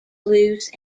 loose